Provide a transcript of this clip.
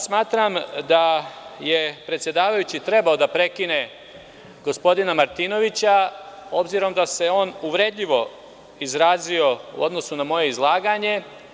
Smatram da je predsedavajući trebao da prekine gospodina Martinovića, obzirom da se on uvredljivo izrazio u odnosu na moje izlaganje.